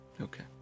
Okay